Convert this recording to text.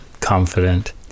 confident